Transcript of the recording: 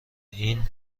این